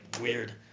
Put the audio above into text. weird